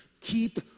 Keep